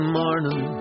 morning